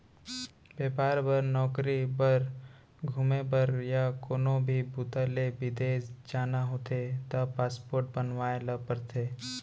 बेपार बर, नउकरी बर, घूमे बर य कोनो भी बूता ले बिदेस जाना होथे त पासपोर्ट बनवाए ल परथे